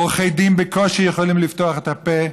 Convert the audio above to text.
עורכי דין בקושי יכולים לפתוח את הפה,